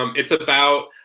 um it's about,